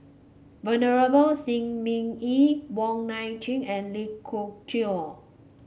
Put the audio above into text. Venerable Shi Ming Yi Wong Nai Chin and Lee Choo